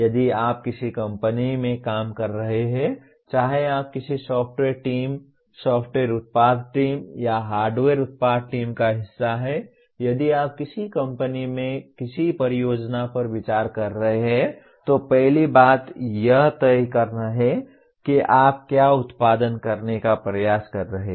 यदि आप किसी कंपनी में काम कर रहे हैं चाहे आप किसी सॉफ्टवेयर टीम सॉफ्टवेयर उत्पाद टीम या हार्डवेयर उत्पाद टीम का हिस्सा हैं यदि आप किसी कंपनी में किसी परियोजना पर विचार कर रहे हैं तो पहली बात यह तय करना है कि आप क्या उत्पादन करने का प्रयास कर रहे हैं